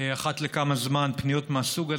אחת לכמה זמן פניות מהסוג הזה,